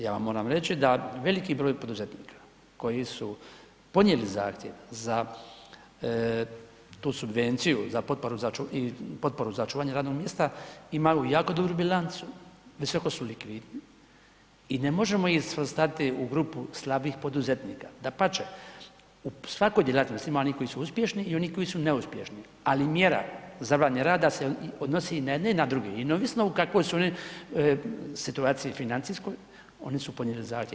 Ja vam moram reći da veliki broj poduzetnika koji su podnijeli zahtjev za tu subvenciju, za potporu za očuvanje radnog mjesta imaju jako dobru bilancu, visoko su likvidni i ne možemo ih svrstati u grupu slabih poduzetnika, dapače u svakoj djelatnosti ima onih koji su uspješni i onih koji su neuspješni, ali mjera zabrane rada se odnosi i na jedne i na druge i neovisno u kakvoj su oni situaciji financijskoj oni su podnijeli zahtjev.